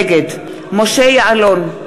נגד משה יעלון,